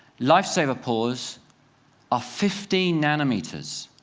lifesaver pores are fifteen nanometers.